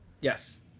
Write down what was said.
Yes